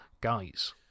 guys